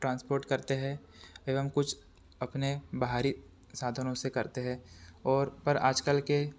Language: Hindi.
ट्रांसपोर्ट करते हैं एवं कुछ अपने बाहरी साधनों से करते हैं और पर आजकल के